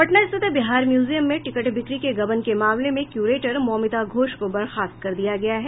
पटना रिथित बिहार म्यूजियम में टिकट बिक्री के गबन के मामले में क्यूरेटर मौमिता घोष को बर्खास्त कर दिया गया है